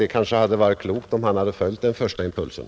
Det hade kanske varit klokt om han följt den första impulsen.